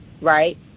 right